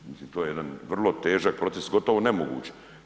Mislim to je jedan vrlo težak proces, gotovo nemoguće.